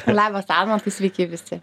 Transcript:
labas almantai sveiki visi